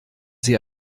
sie